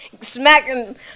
smacking